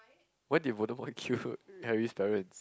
why did Voldemort kill Harry's parents